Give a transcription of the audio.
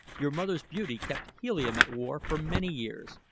your mother's beauty kept helium at war for many years,